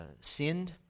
sinned